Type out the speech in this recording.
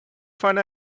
find